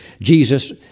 Jesus